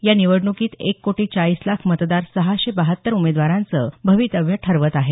या निवडणुकीत एक कोटी चाळीस लाख मतदार सहाशे बहात्तर उमेदवारांचं भवितव्य ठरवत आहेत